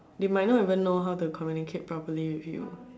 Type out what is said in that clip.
they might not even know how to communicate properly with you